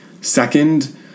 Second